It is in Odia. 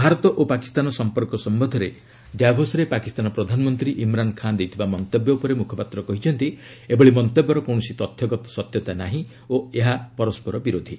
ଭାରତ ଓ ପାକିସ୍ତାନ ସମ୍ପର୍କ ସମ୍ପନ୍ଧରେ ଡାଭସରେ ପାକିସ୍ତାନ ପ୍ରଧାନମନ୍ତ୍ରୀ ଇମ୍ରାନ୍ ଖାଁ ଦେଇଥିବା ମନ୍ତବ୍ୟ ଉପରେ ମୁଖପାତ୍ର କହିଛନ୍ତି ଏଭଳି ମନ୍ତବ୍ୟର କୌଣସି ତଥ୍ୟଗତ ସତ୍ୟତା ନାହିଁ ଓ ଏହା ପରସ୍କର ବିରୋଧୀ